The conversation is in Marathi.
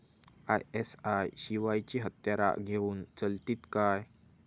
आय.एस.आय शिवायची हत्यारा घेऊन चलतीत काय?